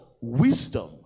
Wisdom